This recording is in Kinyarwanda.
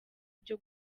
byo